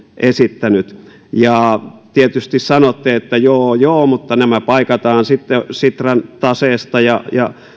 esittänyt tietysti sanotte että joo joo mutta nämä paikataan sitten sitran taseesta ja